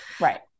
Right